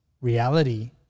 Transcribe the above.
reality